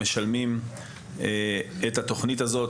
משלמים על התוכנית הזאת,